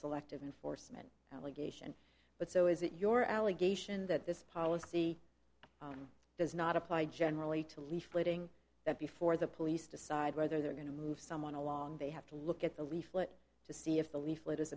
selective enforcement allegation but so is it your allegation that this policy does not apply generally to leafleting that before the police decide whether they're going to move someone along they have to look at the leaflet to see if the leaflet